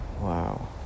wow